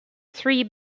three